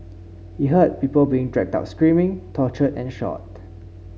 he heard people being dragged out screaming tortured and shot